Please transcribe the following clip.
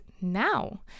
now